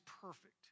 perfect